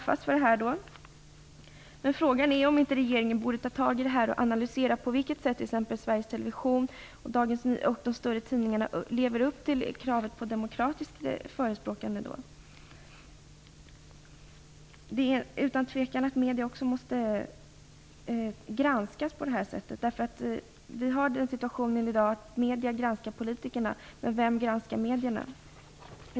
Frågan är om inte regeringen borde ta tag i den här frågan och analysera på vilket sätt t.ex. Sveriges Television och de större tidningarna lever upp till kravet på ett demokratiskt förespråkande. Utan tvivel måste också medierna granskas på det här sättet. Medierna granskar i dag politikerna, men vem granskar medierna?